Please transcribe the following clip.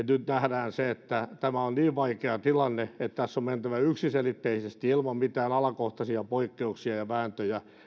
nyt nähdään se että tämä on niin vaikea tilanne että tässä on mentävä yksiselitteisesti ilman mitään alakohtaisia poikkeuksia ja vääntöjä